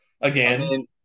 Again